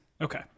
Okay